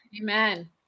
Amen